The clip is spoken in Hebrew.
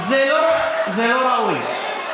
זה לא ראוי.